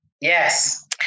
Yes